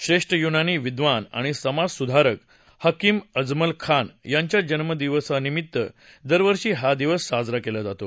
श्रेष्ठ यूनानी विद्वान आणि समाज सुधारक हकीम अजमल खान यांच्या जन्मदिवसानिमित्त दरवर्षी हा दिवस साजरा केला जातो